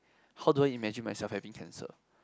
how do I imagine myself having cancer